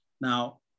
Now